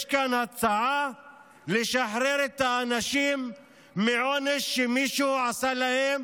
יש כאן הצעה לשחרר את האנשים מעונש שמישהו עשה להם,